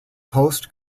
post